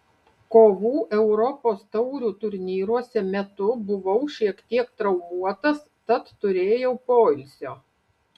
kovų europos taurių turnyruose metu buvau šiek tiek traumuotas tad turėjau poilsio